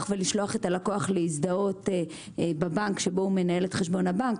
ולשלוח את הלקוח להזדהות בבנק שבו מתנהל חשבון הבנק,